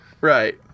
Right